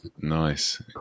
nice